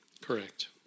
Correct